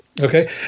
Okay